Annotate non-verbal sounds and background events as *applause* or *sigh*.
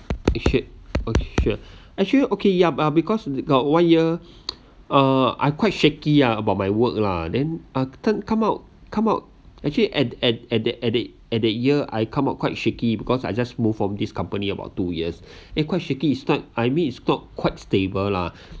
shit okay sure actually okay ya b~ because got one year uh I quite shaky are about my work lah then often come out come out actually at at at the at that at that year I come out quite shaky because I just moved from this company about two years *breath* eh quite shaky is not I mean is not quite stable lah